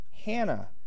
Hannah